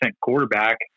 quarterback